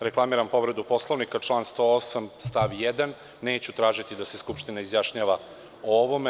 Reklamiram povredu Poslovnika, član 108. stav 1. Neću tražiti da se Skupština izjašnjava o ovome.